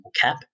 cap